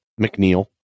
McNeil